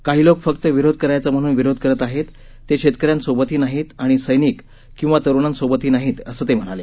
काही लोक फक्त विरोध करायचा म्हणून विरोध करत आहेत ते शेतकऱ्यांसोबतही नाहीत आणि सैनिक किंवा तरुणांसोबतही नाहीत असं ते म्हणाले